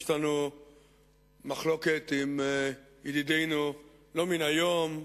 יש לנו מחלוקת עם ידידינו לא מהיום.